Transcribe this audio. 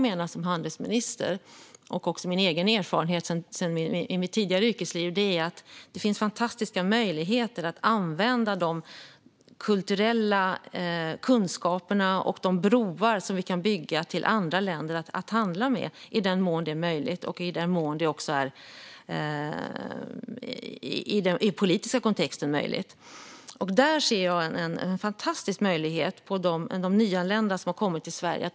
Vad jag menar, som handelsminister och utifrån min erfarenhet från mitt tidigare yrkesliv, är att det finns fantastiska möjligheter att använda de kulturella kunskaperna och de broar som vi kan bygga för att handla med andra länder, i den mån det är möjligt och i den mån det i den politiska kontexten är möjligt. Jag ser en fantastisk möjlighet med de nyanlända i Sverige.